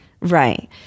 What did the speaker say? Right